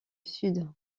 sud